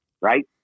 right